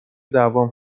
دعوام